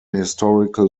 historical